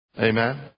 Amen